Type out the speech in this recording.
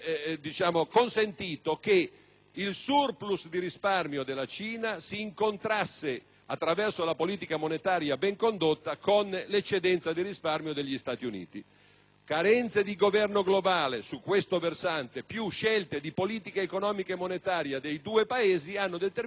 il *surplus* di risparmio della Cina si incontrasse, attraverso la politica monetaria ben condotta, con la carenza di risparmio degli Stati Uniti. Carenze di governo globale su questo versante, più scelte di politica economica e monetaria dei due Paesi hanno determinato le condizioni per l'esplosione